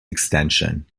extension